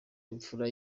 imfura